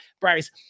Bryce